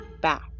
back